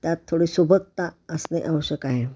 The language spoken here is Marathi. त्यात थोडी सुबकता असणे आवश्यक आहे